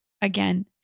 again